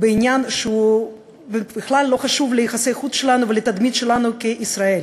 בעניין שהוא בכלל לא חשוב ליחסי החוץ שלנו ולתדמית שלנו כישראל.